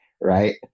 right